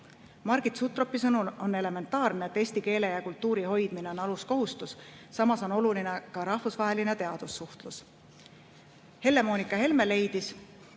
Margit Sutropi arvates on elementaarne, et eesti keele ja kultuuri hoidmine on aluskohustus, kuid oluline on ka rahvusvaheline teadussuhtlus. Helle-Moonika Helme leidis,